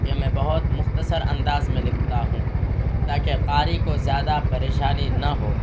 کہ میں بہت مختصر انداز میں لکھتا ہوں تاکہ قاری کو زیادہ پریشانی نہ ہو